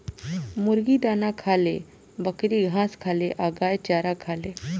मुर्गी दाना खाले, बकरी घास खाले आ गाय चारा खाले